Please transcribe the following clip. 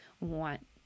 want